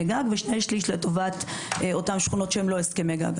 גג ושני-שלישים לטובת אותן שכונות שהן לא הסכמי גג.